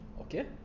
Okay